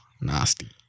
nasty